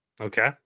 Okay